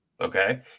okay